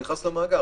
נכנס למאגר,